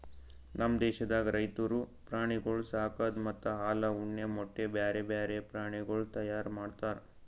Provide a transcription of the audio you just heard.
ನಮ್ ದೇಶದಾಗ್ ರೈತುರು ಪ್ರಾಣಿಗೊಳ್ ಸಾಕದ್ ಮತ್ತ ಹಾಲ, ಉಣ್ಣೆ, ಮೊಟ್ಟೆ, ಬ್ಯಾರೆ ಬ್ಯಾರೆ ಪ್ರಾಣಿಗೊಳ್ ತೈಯಾರ್ ಮಾಡ್ತಾರ್